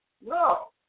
no